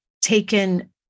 taken